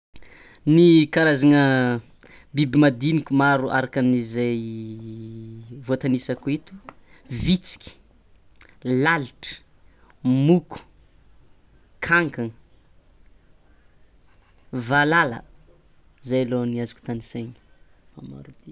Ny karazana biby madiniky maro arakan'izay voatanisako eto: vitsiky, lalitra, moko, kankana, valala, zay lo ny azoko tanisaina.